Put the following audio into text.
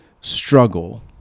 struggle